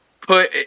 put